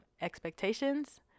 expectations